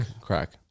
crack